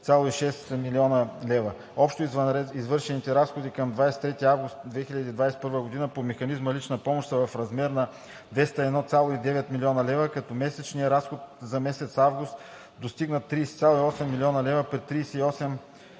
Общо извършените разходи към 23 август 2021 г. по механизма лична помощ са в размер 201,9 млн. лв., като месечният разход за месец август достигна 30,8 млн. лв. при 38 882